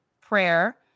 prayer